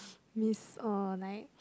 mist or like